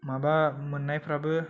माबा मोन्नायफोराबो